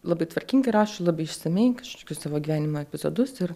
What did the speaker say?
labai tvarkingai rašo labai išsamiai kažkokius savo gyvenimo epizodus ir